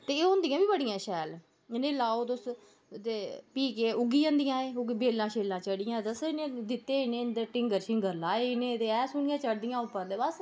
ते एह् होंदियां बी बड़ियां शैल इ'नें ई लाओ तुस ते भी केह् उग्गी जन्दियां एह् उ'ऐ बेलां शेलां चढ़ियां ते दित्ते इं'दे अग्गें टिंगर शिंगर लाये इनेंं ते ए सोह्नियां चढ़दियां उप्पर ते बस